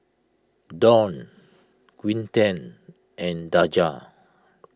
Dawne Quinten and Daja